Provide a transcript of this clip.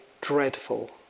dreadful